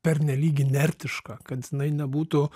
pernelyg inertiška kad jinai nebūtų